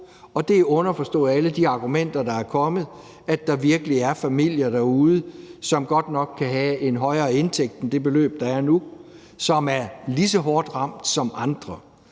og det er underforstået alle de argumenter, der er kommet, om, at der virkelig er familier derude, som godt nok kan have en højere indtægt end det beløb, der er nu, men som er lige så hårdt ramt som andre.